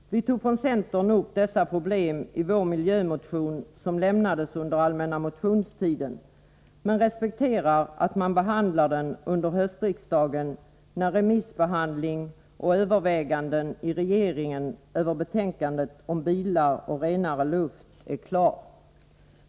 Vi tog från centern upp dessa problem i vår miljömotion som inlämnades under allmänna motionstiden, men vi respekterar att man behandlar frågorna under höstriksdagen, när remissbehandlingen och övervägandena i regeringen beträffande betänkandet om bilar och renare luft är klar.